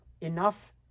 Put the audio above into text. enough